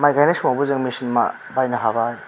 माइ गानाय समावबो जों मेसिन मा बाहायनो हाबाय